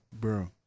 bro